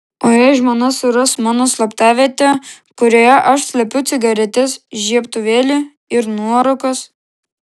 o jei žmona suras mano slaptavietę kurioje aš slepiu cigaretes žiebtuvėlį ir nuorūkas